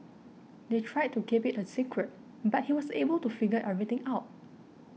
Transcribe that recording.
they tried to keep it a secret but he was able to figure everything out